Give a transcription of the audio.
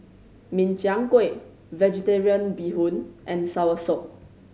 Min Chiang Kueh Vegetarian Bee Hoon and soursop